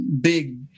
big